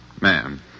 Ma'am